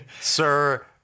Sir